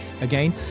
again